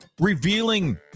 revealing